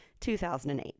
2008